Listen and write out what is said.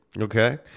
Okay